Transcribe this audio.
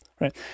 right